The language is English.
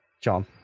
john